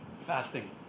Fasting